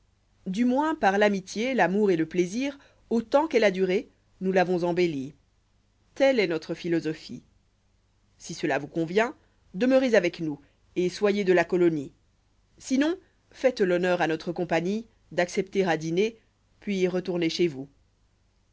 du moins par l'amitié l'amour et lé plaisir autant qu'elle a duré nous l'avons embellie telle est notre philosophie si cela vous convient demeurez avec nous et soyez de la colonie sinon faites l'honneur à notre cbmpagnio d'accepter à dîner puis rètournezchez vous